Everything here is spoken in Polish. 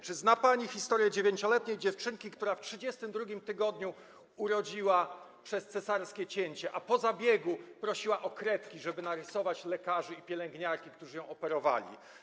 Czy zna pani historię 9-letniej dziewczynki, która w 32. tygodniu ciąży urodziła przez cesarskie cięcie, a po zabiegu prosiła o kredki, żeby narysować lekarzy i pielęgniarki, którzy ją operowali?